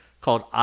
called